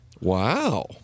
Wow